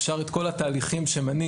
אפשר את כל התהליכים שמנית,